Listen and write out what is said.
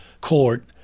court